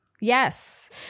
Yes